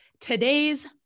today's